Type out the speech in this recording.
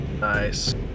Nice